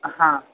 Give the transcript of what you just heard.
हाँ